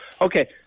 Okay